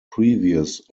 previous